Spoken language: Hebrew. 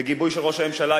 ובגיבוי של ראש הממשלה,